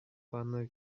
аны